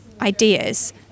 ideas